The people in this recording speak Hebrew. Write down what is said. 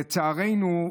לצערנו,